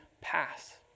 pass